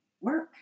work